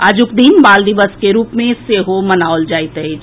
आजुक दिन बाल दिवस के रूप मे सेहो मनाओल जायत अछि